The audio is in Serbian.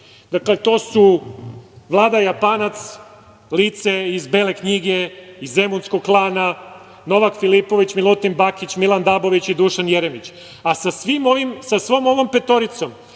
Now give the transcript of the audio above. Dakle, to su Vlada japanac, lice iz „Bele knjige“ iz zemunskog klana, Novak Filipović, Milutin Bakić, Milan Dabović i Dušan Jeremić. Sa svom ovom petoricom,